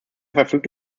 verfügt